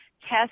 test